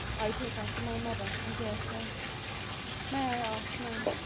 i take after my mother, i daresay may i ask, ma'am,